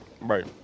Right